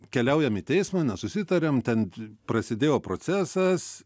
keliaujam į teismą nesusitarėm ten prasidėjo procesas